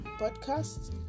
podcast